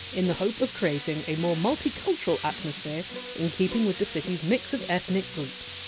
in the hope of creating a more multi-cultural atmosphere in keeping with the city! s mix of ethnic groups.